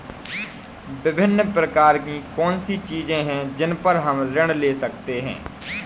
विभिन्न प्रकार की कौन सी चीजें हैं जिन पर हम ऋण ले सकते हैं?